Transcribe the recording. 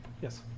yes